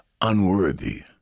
unworthy